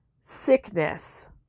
sickness